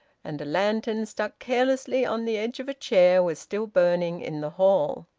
and a lantern, stuck carelessly on the edge of a chair, was still burning in the hall.